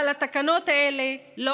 אבל התקנות האלה לא